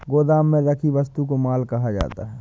गोदाम में रखी वस्तु को माल कहा जाता है